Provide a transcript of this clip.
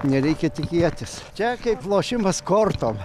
nereikia tikėtis čia kaip lošimas kortom